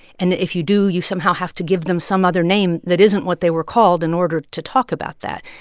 and if you do, you somehow have to give them some other name that isn't what they were called in order to talk about that.